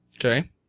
Okay